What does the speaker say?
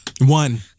One